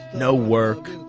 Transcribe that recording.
no work,